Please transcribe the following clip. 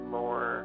more